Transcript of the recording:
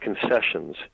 concessions